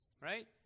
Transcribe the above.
Right